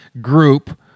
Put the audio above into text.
group